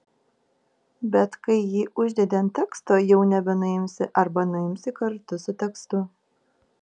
bet kai jį uždedi ant teksto jau nebenuimsi arba nuimsi kartu su tekstu